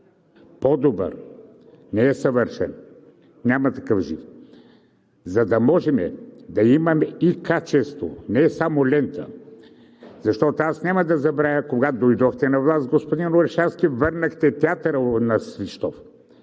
по добър, не е съвършен, няма такъв закон, за да можем да имаме и качество, не само лента. Защото аз няма да забравя, когато дойдохте на власт с господин Орешарски, върнахте театъра на Свищов